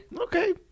okay